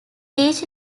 each